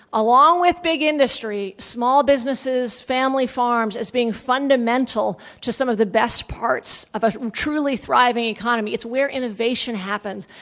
along with big industry, small businesses, family farms, as being fundamental to some of the best parts of a truly thriving economy. it's where innovation happens.